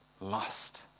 lost